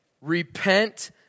Repent